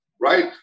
right